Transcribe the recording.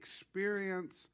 experience